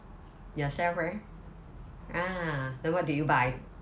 yourself ah ah then what did you buy